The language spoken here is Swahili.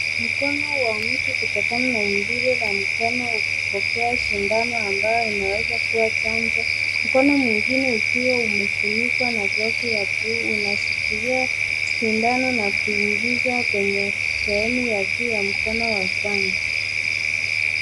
Mkono wa mtu kutokana na umbile la mkono ukipokea shindano ambayo inaweza kuwa chanjo. Mkono mwengine ukiwa umefunikwa na glovu ya buluu unashikilia sindano na kungiza kwenye sehemu ya juu ya mkono wa kwanza.